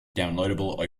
downloadable